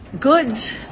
goods